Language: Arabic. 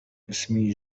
اسمي